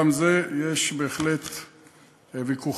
גם בזה יש בהחלט ויכוחים,